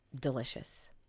delicious